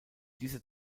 dieser